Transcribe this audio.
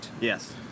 Yes